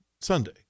Sunday